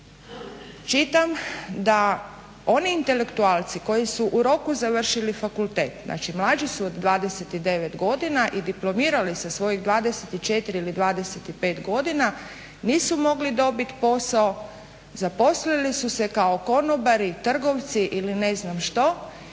čitam da oni intelektualci koji su u roku završili fakultet znači mlađi su od 29 godina i diplomirali sa svojih 24 ili 25 godina nisu mogli dobiti posao, zaposlili su se kao konobari, trgovci ili ne znam što